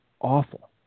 awful